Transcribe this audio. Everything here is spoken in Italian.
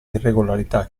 irregolarità